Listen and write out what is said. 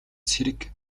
цэрэг